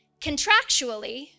Contractually